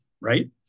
right